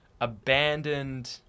abandoned